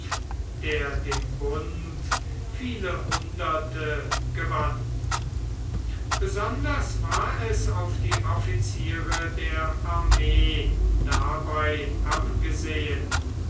der dem bund viele hunderte gewann besonders war es auf die offiziere der armee dabei abgesehen